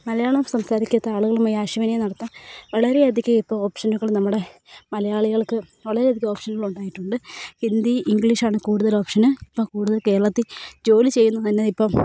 മലയാളം സംസാരിക്കാത്ത ആളുകളുമായി ആശയവിനിമയം നടത്താൻ വളരേയധികം ഇപ്പോൾ ഓപ്ഷനുകൾ നമ്മുടെ മലയാളികൾക്ക് വളരെയധികം ഓപ്ഷനുകൾ ഉണ്ടായിട്ടുണ്ട് ഹിന്ദി ഇംഗ്ലീഷാണ് കൂടുതൽ ഓപ്ഷന് ഇപ്പോൾ കൂടുതൽ കേരളത്തിൽ ജോലി ചെയ്യുന്നത് തന്നെ ഇപ്പം